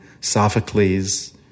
Sophocles